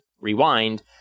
rewind